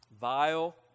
vile